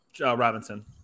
Robinson